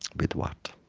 with what?